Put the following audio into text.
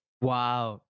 Wow